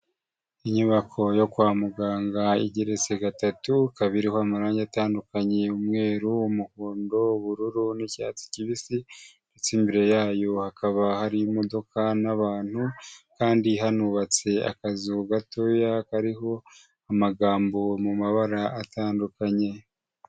Inyubako yo kwa muganga igeretse gatatu, Ikabiriho amarange atandukanye umweru, umuhondo, ubururu n'icyatsi kibisi. Ndetse imbere yayo hakaba hari imodoka n'abantu, kandi hanubatse akazu gatoya kariho amagambo mu mabara atandukanye.